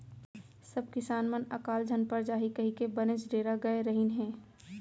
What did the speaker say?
सब किसान मन अकाल झन पर जाही कइके बनेच डेरा गय रहिन हें